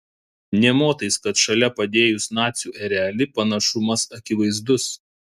nė motais kad šalia padėjus nacių erelį panašumas akivaizdus